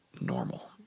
normal